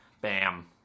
Bam